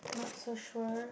not so sure